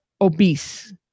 obese